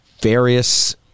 various